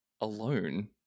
alone